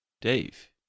Dave